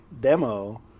demo